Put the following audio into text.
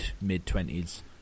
mid-twenties